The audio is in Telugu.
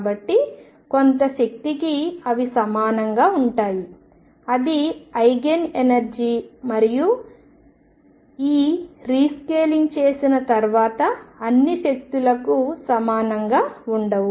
కాబట్టి కొంత శక్తికి అవి సమానంగా ఉంటాయి అది ఐగెన్ ఎనర్జీ మరియు ఈ రీస్కేలింగ్ చేసిన తర్వాత అన్ని శక్తులకు సమానంగా ఉండవు